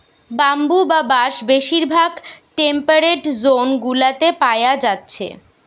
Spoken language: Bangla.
ব্যাম্বু বা বাঁশ বেশিরভাগ টেম্পেরেট জোন গুলাতে পায়া যাচ্ছে